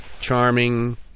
charming